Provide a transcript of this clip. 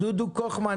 אחרי זה דודו קוכמן,